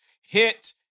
hit